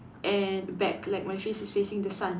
and back like my face is facing the sun